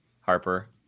harper